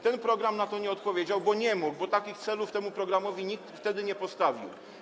Ten program na te pytania nie odpowiedział, bo nie mógł, bo takich celów temu programowi nikt wtedy nie postawił.